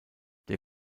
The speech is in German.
der